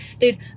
Dude